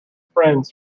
friends